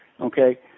okay